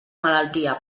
malaltia